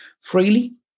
freely